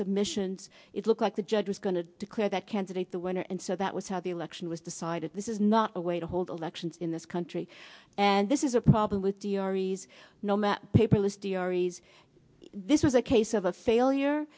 submissions it looked like the judge was going to declare that candidate the winner and so that was how the election was decided this is not a way to hold elections in this country and this is a problem with the auris no matt paperless d r ease this is a case of a failure